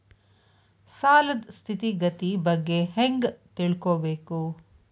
ಸಾಲದ್ ಸ್ಥಿತಿಗತಿ ಬಗ್ಗೆ ಹೆಂಗ್ ತಿಳ್ಕೊಬೇಕು?